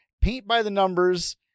paint-by-the-numbers